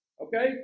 Okay